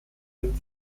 den